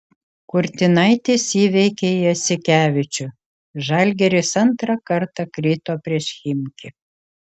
kurtinaitis įveikė jasikevičių žalgiris antrą kartą krito prieš chimki